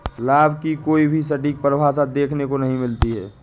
लाभ की कोई भी सटीक परिभाषा देखने को नहीं मिलती है